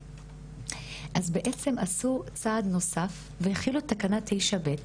אז בעצם עשו צעד נוסף והחילו את תקנה 9/ב',